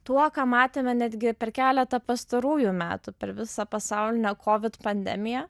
tuo ką matėme netgi per keletą pastarųjų metų per visą pasaulinę covid pandemiją